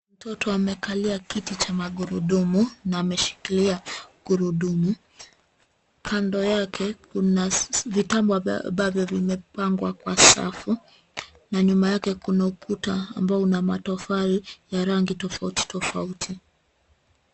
Mtoto amekalia kiti cha magurudumu na ameshikilia gurudumu. Kando yake kuna vitabu ambavyo vimepangwa kwa safu na nyuma yake kuna ukuta ambao una matofali ya rangi tofauti tofauti.